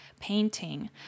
painting